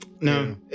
No